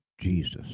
Jesus